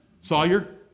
Sawyer